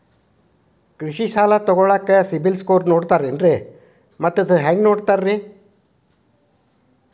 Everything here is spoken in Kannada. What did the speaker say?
ಕೃಷಿ ಸಾಲ ತಗೋಳಿಕ್ಕೆ ಸಿಬಿಲ್ ಸ್ಕೋರ್ ನೋಡ್ತಾರೆ ಏನ್ರಿ ಮತ್ತ ಅದು ಹೆಂಗೆ ನೋಡ್ತಾರೇ?